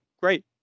Great